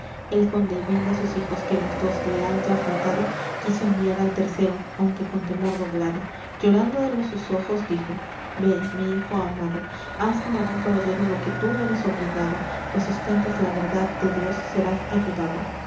el conde viendo á sus hijos que los dos le han ya faltado quiso enviar al tercero aunque con temor doblado llorando de los sus ojos dijo vé mi hijo amado haz como buen caballero lo que tú eres obligado pues sustentas la verdad de dios serás ayudado